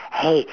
!hey!